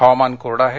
हवामान कोरडं आहे